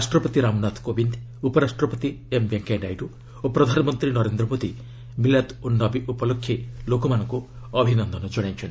ରାଷ୍ଟ୍ରପତି ରାମନାଥ କୋବିନ୍ଦ୍ ଉପରାଷ୍ଟ୍ରପତି ଏମ୍ ଭେଙ୍କିୟା ନାଇଡ଼ୁ ଓ ପ୍ରଧାନମନ୍ତ୍ରୀ ନରେନ୍ଦ୍ର ମୋଦି ମିଲାଦ୍ ଉନ୍ ନବୀ ଉପଲକ୍ଷେ ଲୋକମାନଙ୍କ ଅଭିନନ୍ଦନ ଜଣାଇଛନ୍ତି